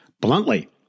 bluntly